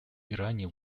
иране